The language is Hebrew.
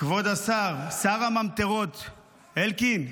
כבוד השר, שר הממטרות אלקין,